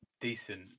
decent